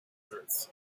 earth